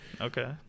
Okay